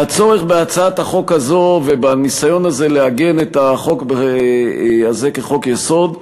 והצורך בהצעת החוק הזו ובניסיון הזה לעגן את החוק הזה כחוק-יסוד,